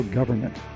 government